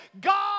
God